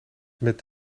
met